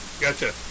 Gotcha